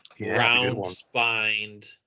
round-spined